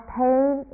pain